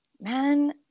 man